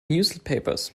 newspapers